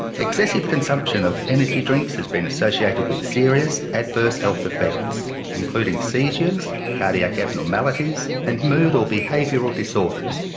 excessive consumption of energy drinks has been associated with serious adverse health effects, including seizures, cardiac abnormalities and mood or behavioural disorders.